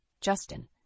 Justin